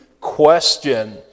question